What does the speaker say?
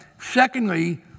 Secondly